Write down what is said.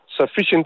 Sufficient